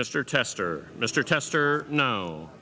mr tester mr tester no